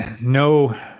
no